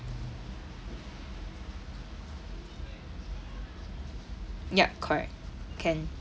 yup correct can